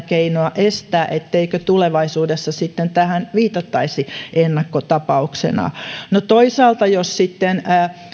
keinoa estää etteikö tulevaisuudessa tähän viitattaisi ennakkotapauksena toisaalta jos sitten